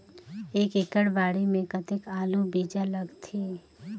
एक एकड़ बाड़ी मे कतेक आलू बीजा लगथे?